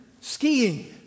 skiing